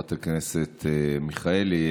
חברת הכנסת מיכאלי,